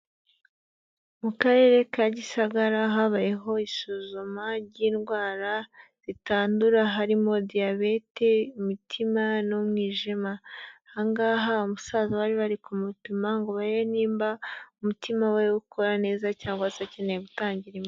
Mu karere ka gisagara habayeho isuzuma ry'indwara zitandura harimo diyabete imitima n'umwijima, aha ngaha umusaza bari bari kumupima ngo barebe nimba umutima we ukora neza cyangwa se akeneye gutangira imiti.